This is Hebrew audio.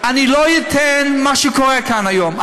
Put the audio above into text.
אני לא אתן שיקרה מה שקורה כאן היום.